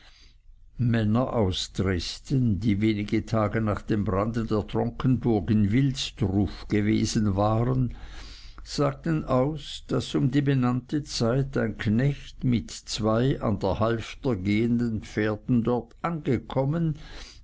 männer aus dresden die wenige tage nach dem brande der tronkenburg in wilsdruf gewesen waren sagten aus daß um die benannte zeit ein knecht mit zwei an der halfter gehenden pferden dort angekommen